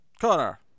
Connor